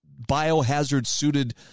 biohazard-suited